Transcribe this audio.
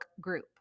group